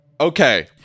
okay